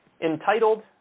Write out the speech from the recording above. Entitled